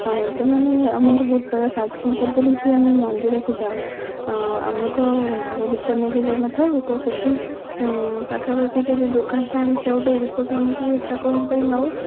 ସେମାନେ ଆମକୁ ବହୁତ ପ୍ରକାର ସାହାଯ୍ୟ କରନ୍ତି ଯେପରିକି ଆମେ ମନ୍ଦିରକୁ ଯାଉ ଆମ ତ ଘରୁ ଦୀପ ନେଇକି ଯାଇନଥାଉ ତ ସେଠି ପାଖାପାଖି ଯଦି ଦୋକାନ ଥାଏ ଆମେ ସେଉଠୁ ଦୀପ କିଣିକି ଠାକୁରଙ୍କ ପାଇଁ ନଉ